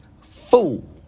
fool